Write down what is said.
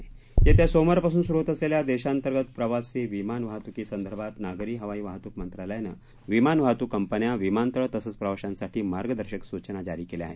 प्रवासी विमान येत्या सोमवारपासून सुरू होत असलेल्या देशांतर्गत प्रवासी विमान वाहत्कीसंदर्भात नागरी हवाई वाहत्क मंत्रालयानं विमान वाहतुक कंपन्या विमानतळं तसंच प्रवाशांसाठी मार्गदर्शक सूचना जारी केल्या आहेत